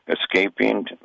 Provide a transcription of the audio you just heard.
escaping